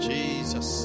Jesus